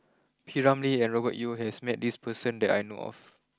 P Ramlee and Robert Yeo has met this person that I know of